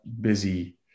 busy